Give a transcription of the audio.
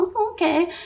Okay